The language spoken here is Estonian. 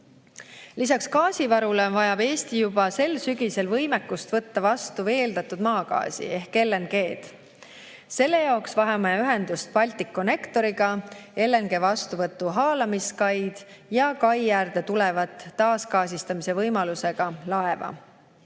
osta. Lisaks gaasivarule vajab Eesti juba sel sügisel võimekust võtta vastu veeldatud maagaasi ehk LNG-d. Selle jaoks vajame ühendust Balticconnectoriga, LNG vastuvõtu haalamiskaid ja kai äärde tulevat taasgaasistamise võimalusega laeva.